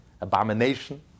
abomination